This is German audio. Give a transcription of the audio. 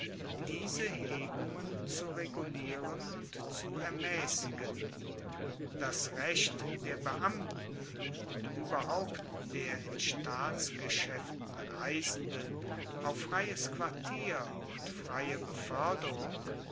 diese hebungen zu regulieren und zu ermaessigen das recht der beamten und ueberhaupt der in staatsgeschaeften reisenden auf freies quartier und freie befoerderung